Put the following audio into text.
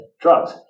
drugs